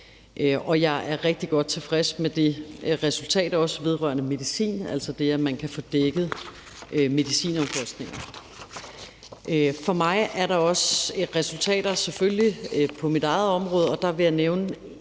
er også rigtig godt tilfreds med det resultat vedrørende medicin, altså det, at man kan få dækket medicinudgifter. Der er selvfølgelig også resultater på mit eget område, og der vil jeg nævne